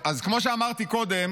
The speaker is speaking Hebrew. אני לא רוצה לקרוא אתכם לסדר.